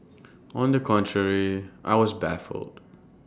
on the contrary I was baffled